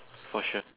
for sure